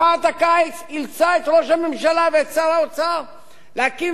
מחאת הקיץ אילצה את ראש הממשלה ושר האוצר להקים